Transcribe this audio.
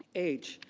h,